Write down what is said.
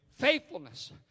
Faithfulness